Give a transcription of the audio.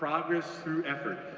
progress through effort.